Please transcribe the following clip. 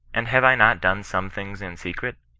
and have i not done some things in secret,